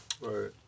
Right